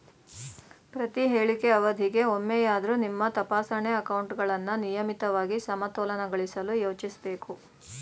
ಪ್ರತಿಹೇಳಿಕೆ ಅವಧಿಗೆ ಒಮ್ಮೆಯಾದ್ರೂ ನಿಮ್ಮ ತಪಾಸಣೆ ಅಕೌಂಟ್ಗಳನ್ನ ನಿಯಮಿತವಾಗಿ ಸಮತೋಲನಗೊಳಿಸಲು ಯೋಚಿಸ್ಬೇಕು